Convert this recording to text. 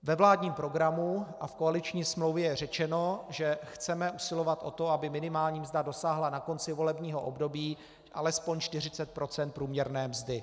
Ve vládním programu a v koaliční smlouvě je řečeno, že chceme usilovat o to, aby minimální mzda dosáhla na konci volebního období alespoň 40 % průměrné mzdy.